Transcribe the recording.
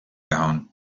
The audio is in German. gehauen